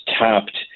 tapped